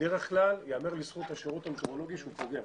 בדרך כלל ייאמר לזכות השירות המטאורולוגי שהוא פוגע.